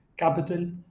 capital